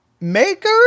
Maker